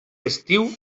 estiu